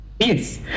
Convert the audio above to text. Yes